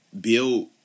build